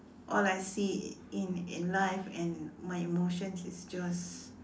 all I see in in life and my emotions is just